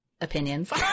opinions